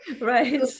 Right